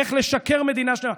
"איך לשקר מדינה שלמה".